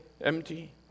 empty